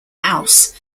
house